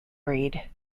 breed